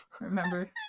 Remember